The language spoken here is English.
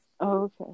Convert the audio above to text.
Okay